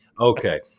Okay